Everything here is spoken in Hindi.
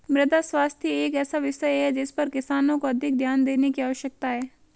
मृदा स्वास्थ्य एक ऐसा विषय है जिस पर किसानों को अधिक ध्यान देने की आवश्यकता है